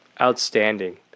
Outstanding